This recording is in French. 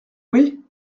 oui